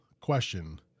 question